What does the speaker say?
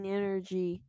energy